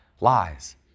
lies